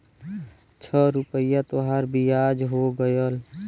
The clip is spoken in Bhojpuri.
छह रुपइया तोहार बियाज हो गएल